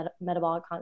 metabolic